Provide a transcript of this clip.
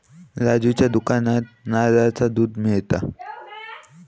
राजूच्या दुकानात नारळाचा दुध मिळता